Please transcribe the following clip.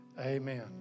Amen